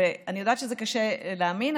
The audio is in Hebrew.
אני יודעת שזה קשה להאמין,